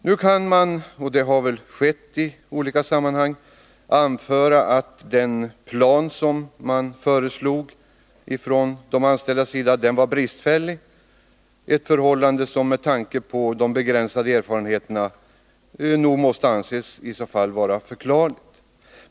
Nu kan man anföra — och det har väl skett i olika sammanhang — att den plan som föreslogs från de anställdas sida var bristfällig, ett förhållande som med tanke på de begränsade erfarenheterna nog måste anses vara förklarligt.